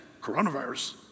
Coronavirus